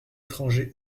étranger